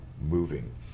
moving